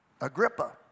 Agrippa